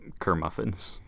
Kermuffins